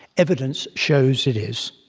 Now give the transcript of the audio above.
evidence shows it is.